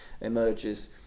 emerges